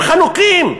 הם חנוקים.